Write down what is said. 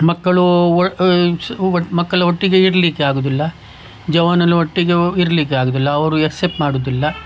ಮಕ್ಕಳು ಮಕ್ಕಳ ಒಟ್ಟಿಗೆ ಇರಲಿಕ್ಕೆ ಆಗುವುದಿಲ್ಲ ಜವಾನೆಲ್ಲ ಒಟ್ಟಿಗೆ ಇರಲಿಕ್ಕೆ ಆಗೋದಿಲ್ಲ ಅವರು ಎಸೆಪ್ಟ್ ಮಾಡೋದಿಲ್ಲ